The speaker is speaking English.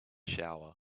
shower